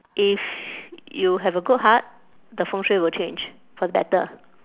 if you have a good heart the 风水 will change for better